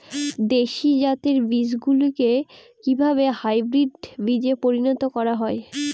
দেশি জাতের বীজগুলিকে কিভাবে হাইব্রিড বীজে পরিণত করা হয়?